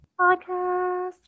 Podcast